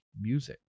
music